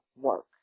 work